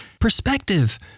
perspective